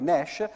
Nash